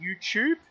YouTube